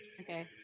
Okay